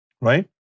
Right